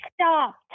stop